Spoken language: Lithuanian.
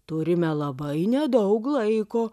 turime labai nedaug laiko